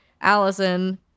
Allison